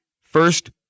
First